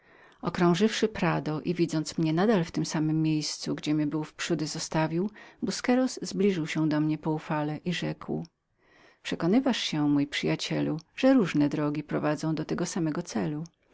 pani uscaritz okrążywszy prado i widząc mnie zawsze na tem samem miejscu gdzie mnie był wprzódy zostawił busqueros zbliżył się do mnie przyjacielsko i rzekł przekonywasz się mój przyjacielu że różne drogi prowadzą do tego samego celu